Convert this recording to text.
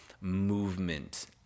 movement